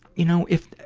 you know, if,